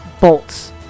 bolts